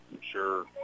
Sure